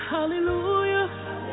Hallelujah